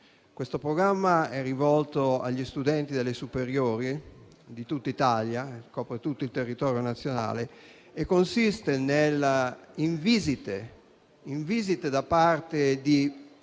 Questo programma è rivolto agli studenti delle superiori di tutta Italia, copre tutto il territorio nazionale e consiste in visite da parte di